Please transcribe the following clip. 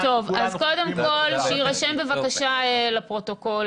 סימן שכולנו --- אז קודם כל שיירשם בבקשה לפרוטוקול